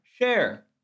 share